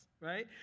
right